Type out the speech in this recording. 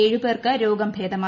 ഏഴുപേർക്ക് രോഗം ഭേദമായി